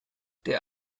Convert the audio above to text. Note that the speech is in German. der